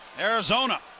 Arizona